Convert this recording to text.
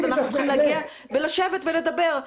לכן צריך לשבת ולדבר.